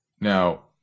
Now